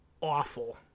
awful